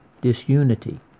disunity